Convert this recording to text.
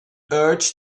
urge